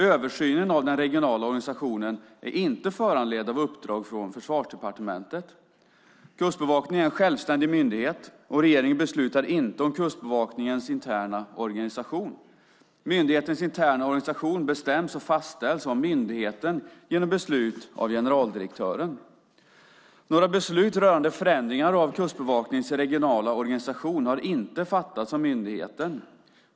Översynen av den regionala organisationen är inte föranledd av uppdrag från Försvarsdepartementet. Kustbevakningen är en självständig myndighet, och regeringen beslutar inte om Kustbevakningens interna organisation. Myndighetens interna organisation bestäms och fastställs av myndigheten genom beslut av dess generaldirektör. Några beslut rörande förändringar av Kustbevakningens regionala organisation har inte fattats av myndigheten.